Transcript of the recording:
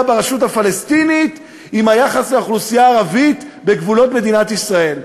ברשות הפלסטינית עם היחס לאוכלוסייה הערבית בגבולות מדינת ישראל.